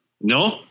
No